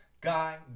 Guy